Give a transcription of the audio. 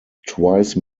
twice